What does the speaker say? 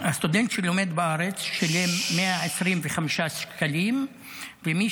הסטודנט שלומד בארץ שילם 125 שקלים ומי